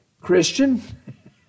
Christian